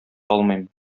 алмыйм